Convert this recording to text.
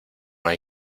hay